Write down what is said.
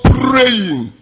praying